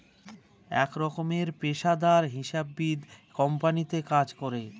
এক রকমের পেশাদার হিসাববিদ কোম্পানিতে কাজ করে